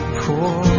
poor